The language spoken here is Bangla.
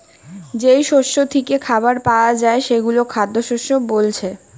যেই শস্য থিকে খাবার পায়া যায় সেগুলো খাদ্যশস্য বোলছে